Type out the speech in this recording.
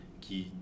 qui